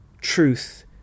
truth